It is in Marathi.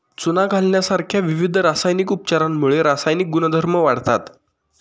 चुना घालण्यासारख्या विविध रासायनिक उपचारांमुळे रासायनिक गुणधर्म वाढतात